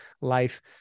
life